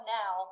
now